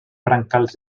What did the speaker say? brancals